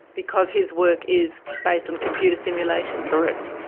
because his work is based on computer simulations? correct.